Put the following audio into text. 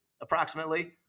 approximately